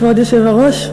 כבוד היושב-ראש,